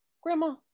Grandma